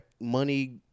money